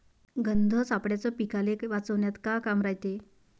गंध सापळ्याचं पीकाले वाचवन्यात का काम रायते?